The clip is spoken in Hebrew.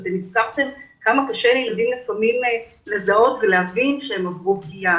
הזכרתם כמה קשה לילדים לפעמים לזהות ולהבין שהם עברו פגיעה,